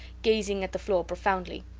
gazing at the floor profoundly.